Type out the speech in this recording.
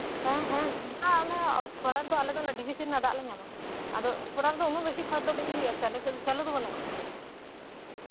ᱦᱮᱸ ᱦᱮᱸ ᱦᱩᱭᱩᱜᱼᱟ ᱚᱸᱰᱮ ᱠᱷᱚᱨᱟ ᱨᱮᱫᱚ ᱟᱞᱮ ᱰᱤᱵᱷᱤᱥᱤ ᱨᱮᱱᱟᱜ ᱫᱟᱜᱽ ᱞᱮ ᱧᱟᱢᱟ ᱟᱫᱚ ᱠᱷᱚᱨᱟ ᱨᱮᱫᱚ ᱩᱱᱟᱹᱜ ᱵᱤᱥᱤ